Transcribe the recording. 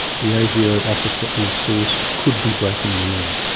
the asio officer or source could be breaking the law.